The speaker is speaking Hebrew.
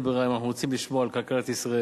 אין ברירה, אם אנחנו רוצים לשמור על כלכלת ישראל.